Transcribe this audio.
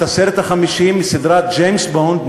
את הסרט החמישי מסדרת ג'יימס בונד,